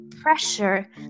pressure